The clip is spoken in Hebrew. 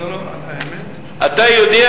אתה יודע